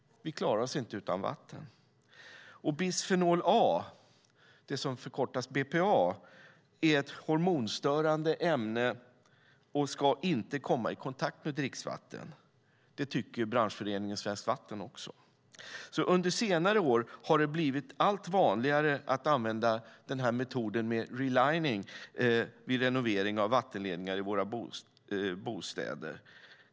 Vi klarar oss inte utan vatten. Bisfenol A, som förkortas BPA, är ett hormonstörande ämne som inte ska komma i kontakt med dricksvatten. Det tycker också branschföreningen Svenskt Vatten. Under senare år har det blivit allt vanligare att använda metoden med relining vid renoveringar av vattenledningar av våra bostäder.